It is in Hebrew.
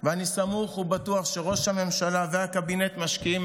ואני סמוך ובטוח שראש הממשלה והקבינט משקיעים